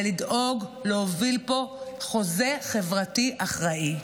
ולדאוג להוביל פה חוזה חברתי אחראי.